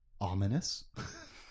Ominous